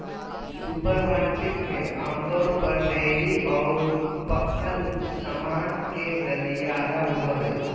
supermarket में आमतौर पर डेयरी और पकल सामान के गलियारा होबो हइ